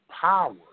power